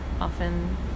often